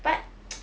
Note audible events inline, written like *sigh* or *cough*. but *noise*